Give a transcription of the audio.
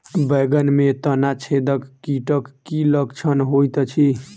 बैंगन मे तना छेदक कीटक की लक्षण होइत अछि?